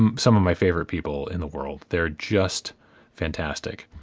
um some of my favorite people in the world. they're just fantastic.